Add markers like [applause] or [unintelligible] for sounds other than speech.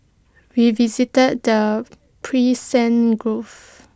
we visited the [unintelligible] gulf